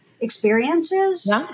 experiences